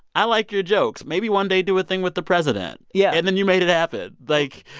i like your jokes. maybe one day, do a thing with the president. yeah and then you made it happen. like,